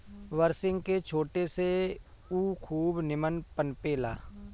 बरसिंग के छाटे से उ खूब निमन पनपे ला